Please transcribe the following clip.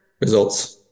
results